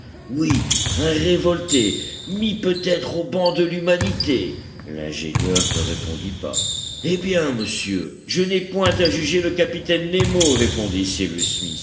oui un révolté mis peut-être au ban de l'humanité l'ingénieur ne répondit pas eh bien monsieur je n'ai point à juger le capitaine nemo répondit cyrus smith